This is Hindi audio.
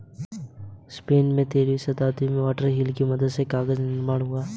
स्पेन में तेरहवीं शताब्दी में वाटर व्हील की मदद से कागज निर्माण हुआ